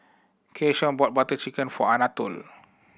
Keyshawn bought Butter Chicken for Anatole